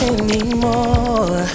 anymore